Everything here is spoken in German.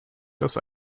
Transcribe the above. dass